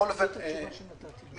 אני